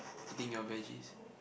eating your veges